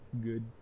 good